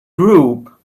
group